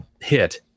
hit